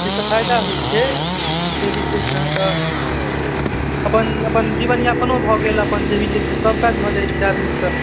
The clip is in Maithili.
एहिसँ फाइदा होइ छै जे भी छै से अहाँके अपन अपन जीवनयापनो भऽ गेल अपन जे भी छै से सबकाज भऽ जाइ छै आदमीके